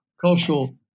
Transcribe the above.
cultural